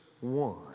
one